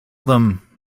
them